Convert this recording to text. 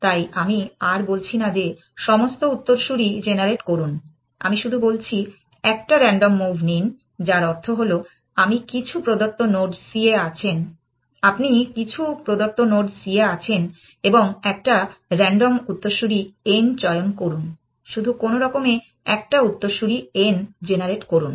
তাই আমি আর বলছি না যে সমস্ত উত্তরসূরি জেনারেট করুন আমি শুধু বলছি একটা রান্ডম মুভ নিন যার অর্থ হল আপনি কিছু প্রদত্ত নোড c এ আছেন এবং একটা রান্ডম উত্তরসূরি n চয়ন করুন শুধু কোনোরকমে একটা উত্তরসূরি n জেনারেট করুন